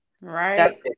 Right